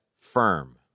firm